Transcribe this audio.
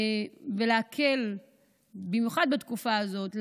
ולהקל על חייבים, במיוחד בתקופה הזאת.